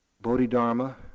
Bodhidharma